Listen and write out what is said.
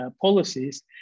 policies